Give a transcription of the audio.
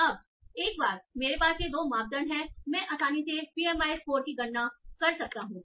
अब एक बार मेरे पास ये दो मापदंड हैं मैं आसानी से पीएमआई स्कोर की गणना कर सकता हूं